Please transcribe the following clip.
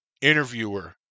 interviewer